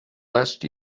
last